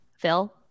Phil